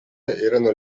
erano